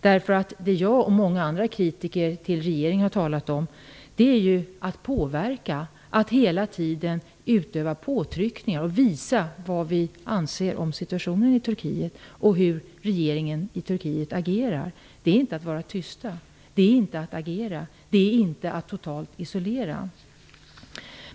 Det jag och många andra kritiker till regeringen har talat om är att påverka och hela tiden utöva påtryckningar och visa vad vi anser om situationen i Turkiet och hur regeringen i Turkiet agerar. Det är inte att vara tysta. Det är inte att agera. Det är inte att totalt isolera.